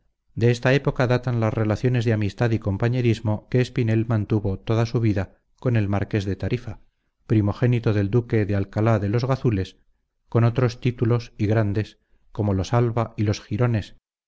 de esta época datan las relaciones de amistad y compañerismo que espinel mantuvo toda su vida con el marqués de tarifa primogénito del duque de alcalá de los gazules con otros títulos y grandes como los alba y los girones